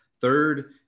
third